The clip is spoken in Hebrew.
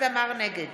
נגד